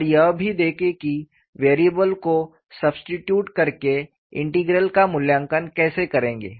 और यह भी देखें कि वेरिएबल को सबस्टिट्यूट करके इंटीग्रल का मूल्यांकन कैसे करेंगे